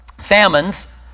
famines